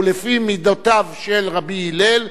ולפי מידותיו של רבי הלל,